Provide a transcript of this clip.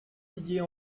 didier